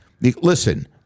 listen